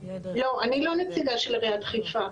לא, אני לא נציגה של עיריית חיפה.